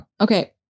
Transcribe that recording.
Okay